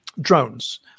drones